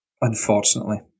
unfortunately